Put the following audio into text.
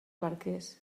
barquers